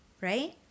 right